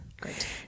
Great